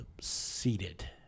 seated